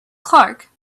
clark